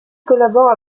collabore